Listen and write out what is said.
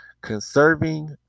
Conserving